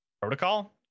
protocol